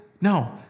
No